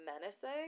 menacing